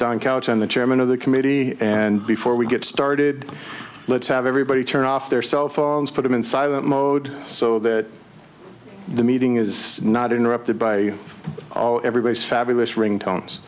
diane couch and the chairman of the committee and before we get started let's have everybody turn off their cell phones put them inside that mode so that the meeting is not interrupted by all everybody's fabulous ring tones